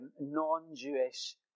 non-Jewish